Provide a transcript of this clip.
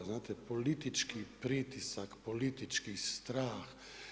Znate, politički pritisak, politički strah.